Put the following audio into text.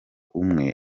umwe